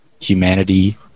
humanity